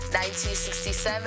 1967